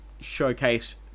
showcase